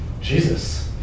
Jesus